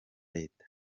leta